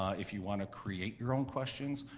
if you want to create your own questions,